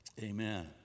Amen